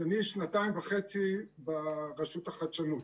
אז אני שנתיים וחצי ברשות החדשנות.